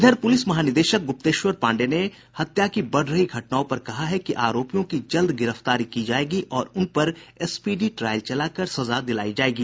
इधर पुलिस महानिदेशक गुप्तेश्वर पांडेय ने हत्या की बढ़ रही घटनाओं पर कहा है कि आरोपियों की जल्द गिरफ्तारी की जायेगी और उन पर स्पीडी ट्रायल चला कर सजा दिलायी जायेगी